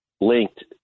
linked